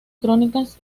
crónicas